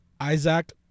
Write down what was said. Isaac